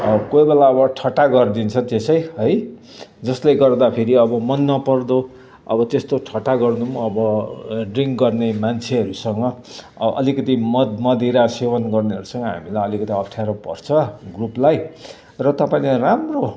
कोही बेला अब ठट्टा गरिदिन्छ त्यसै है जसले गर्दा फेरि अब मन नपर्दो अब त्यस्तो ठट्टा गर्नु अब ड्रिङ्क गर्ने मान्छेहरूसँग अलिकति मद मदिरा सेवन गर्नेहरूसँग हामीलाई अलिकति अप्ठ्यारो पर्छ ग्रुपलाई र तपाईँले राम्रो